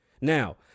Now